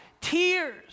tears